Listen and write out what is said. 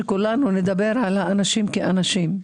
שכולנו נדבר על האנשים כאנשים.